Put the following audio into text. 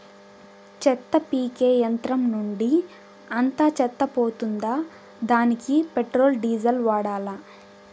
చెత్త పీకే యంత్రం నుండి అంతా చెత్త పోతుందా? దానికీ పెట్రోల్, డీజిల్ వాడాలా?